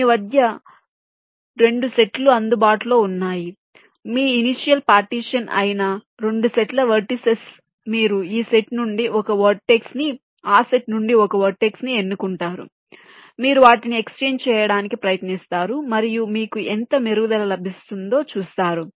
మీ వద్ద 2 సెట్లు అందుబాటులో వున్నాయి మీ ఇనిషియల్ పార్టీషన్ అయిన 2 సెట్ల వెర్టిసిస్ మీరు ఈ సెట్ నుండి ఒక వెర్టెక్స్ ని ఆ సెట్ నుండి ఒక వెర్టెక్స్ ని ఎన్నుకుంటారు మీరు వాటిని ఎక్స్చేంజ్ చేయడానికి ప్రయత్నిస్తారు మరియు మీకు ఎంత మెరుగుదల లభిస్తుందో చూడండి